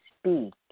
speak